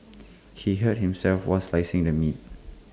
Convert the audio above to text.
he hurt himself while slicing the meat